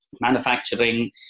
manufacturing